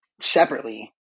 separately